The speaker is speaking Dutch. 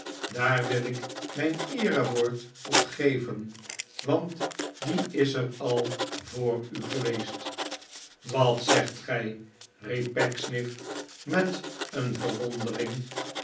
daar wil ik mijn eerewoord op geven want die is er al voor u geweest wat zegt gij riep pecksniff met een verwondering